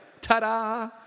Ta-da